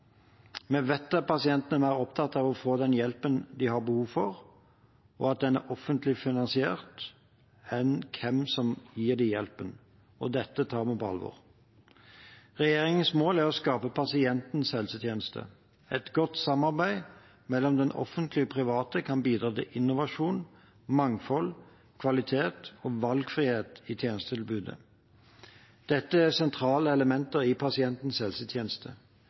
Vi vet at pasientene er mer opptatt av å få den hjelpen de har behov for, og at den er offentlig finansiert, enn hvem som gir dem hjelpen. Dette tar vi på alvor. Regjeringens mål er å skape pasientens helsetjeneste. Et godt samarbeid mellom det offentlige og private kan bidra til innovasjon, mangfold, kvalitet og valgfrihet i tjenestetilbudet. Dette er sentrale elementer i pasientens helsetjeneste.